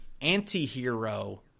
anti-hero